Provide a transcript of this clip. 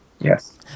yes